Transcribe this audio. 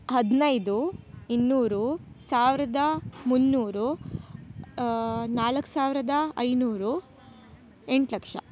ಹದಿನೈದು ಇನ್ನೂರು ಸಾವಿರದ ಮುನ್ನೂರು ನಾಲ್ಕು ಸಾವಿರದ ಐನೂರು ಎಂಟು ಲಕ್ಷ